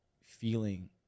feeling